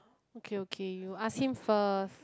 okay okay you ask him first